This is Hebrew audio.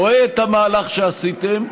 רואה את המהלך שעשיתם,